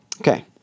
okay